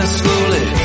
slowly